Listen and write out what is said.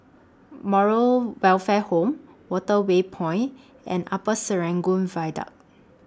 Moral Welfare Home Waterway Point and Upper Serangoon Viaduct